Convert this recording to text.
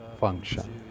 function